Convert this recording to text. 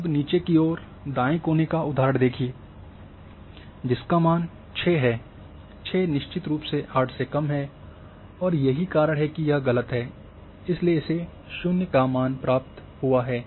अब नीचे की ओर दाएं कोने का उदाहरण देखिए जिसका मान 6 है 6 निश्चित रूप से 8 से कम है और यही कारण है कि यह गलत है इसलिए इसे 0 का मान प्राप्त हुआ है